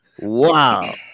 Wow